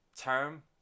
term